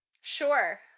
Sure